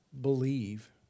believe